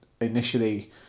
initially